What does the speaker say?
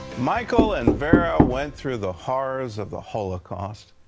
michael and vera went through the horrors of the holocaust,